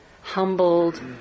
humbled